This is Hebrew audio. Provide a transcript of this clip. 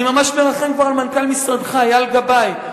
אני ממש מרחם כבר על מנכ"ל משרדך אייל גבאי.